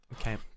okay